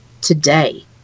today